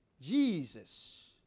Jesus